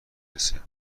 برسه